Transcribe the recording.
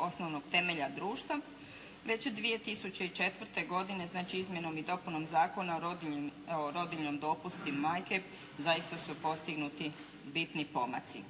osnovnog temelja društva već 2004. godine, znači izmjenom i dopunom Zakona o rodiljnom dopustu majke zaista su postignuti bitni pomaci